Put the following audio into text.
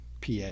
PA